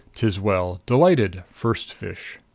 tis well delighted. first fish.